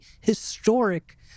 historic